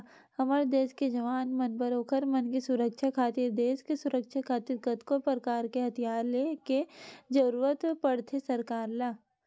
हमर देस के जवान मन बर ओखर मन के सुरक्छा खातिर देस के सुरक्छा खातिर कतको परकार के हथियार ले के जरुरत पड़थे सरकार ल